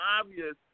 obvious